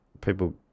people